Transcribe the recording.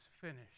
finished